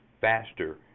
faster